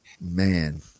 man